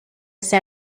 san